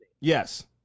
Yes